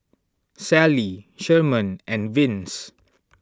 Sallie Sherman and Vince